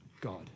God